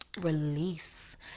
release